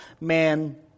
man